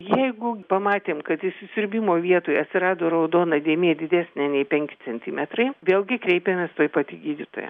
jeigu pamatėm kad įsisiurbimo vietoj atsirado raudona dėmė didesnė nei penki centimetrai vėlgi kreipiamės tuoj pat į gydytoją